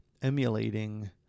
Emulating